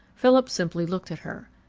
philip simply looked at her.